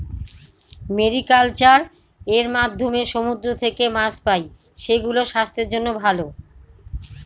mariculture এর মাধ্যমে সমুদ্র থেকে মাছ পাই, সেগুলো স্বাস্থ্যের জন্য ভালো